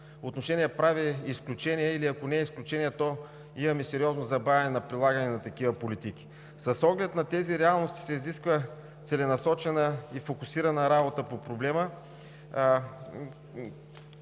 отношение прави изключение или ако не изключение, то имаме сериозно забавяне на прилагане на такива политики. С оглед на тези реалности се изисква целенасочена и фокусирана работа по проблема,